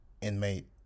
Inmate